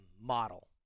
model